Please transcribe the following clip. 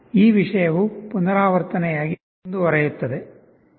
ಈ ವಿಷಯವು ಪುನರಾವರ್ತನೆಯಾಗಿ ಮುಂದುವರಿಯುತ್ತದೆ